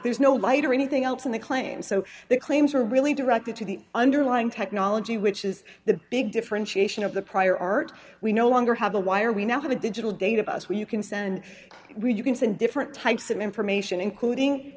there's no light or anything else in the claim so the claims are really directed to the underlying technology which is the big differentiation of the prior art we no longer have the wire we now have a digital data bus where you can send where you can send different types of information including